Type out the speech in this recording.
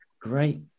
Great